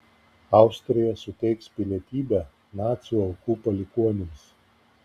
austrija suteiks pilietybę nacių aukų palikuonims